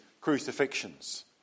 crucifixions